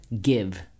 give